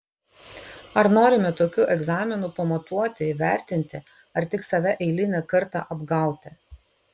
ar norime tokiu egzaminu pamatuoti įvertinti ar tik save eilinį kartą apgauti